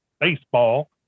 baseball